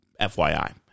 FYI